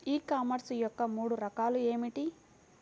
ఈ కామర్స్ యొక్క మూడు రకాలు ఏమిటి?